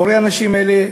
האנשים האלה,